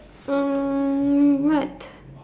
mm what